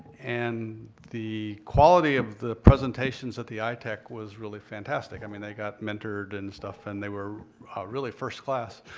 and the quality of the presentations at the itech was really fantastic. i mean, they got mentored and stuff and they were really first class.